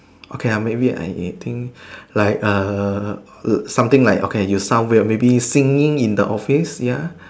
okay ah maybe I think like err something like okay you sound weird maybe singing in the office ya